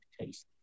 taste